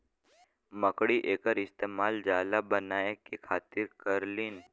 मकड़ी एकर इस्तेमाल जाला बनाए के खातिर करेलीन